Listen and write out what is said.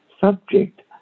subject